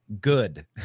good